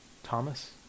Thomas